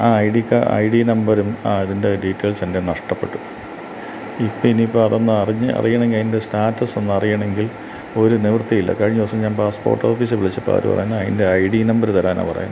ആ I D കാ I D നമ്പരും അതിൻ്റെ ഡീറ്റെയിൽസ് എൻറ്റെ കൈയ്യിൽ നിന്നു നഷ്ടപ്പെട്ടു ഇപ്പം ഇനിയിപ്പം അതൊന്നറിഞ്ഞ് അറിയണമെങ്കിൽ അതിന്റെ സ്റ്റാറ്റസ് ഒന്നറിയണമെങ്കിൽ ഒരു നിവൃത്തിയില്ല കഴിഞ്ഞ ദിവസം ഞാൻ പാസ്പ്പോർട്ടു ഫീസ് ച്ചപ്പം അവർ പറയുന്നതു ഐഡൻറ്റൈഡീ നമ്പർ തരാനാ പറയുന്നെ